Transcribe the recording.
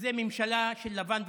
שזאת ממשלה של לבן ושחור,